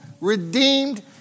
redeemed